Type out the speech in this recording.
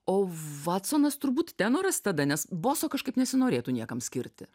o vatsonas turbūt tenoras tada nes boso kažkaip nesinorėtų niekam skirti